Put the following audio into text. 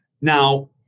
Now